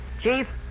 Chief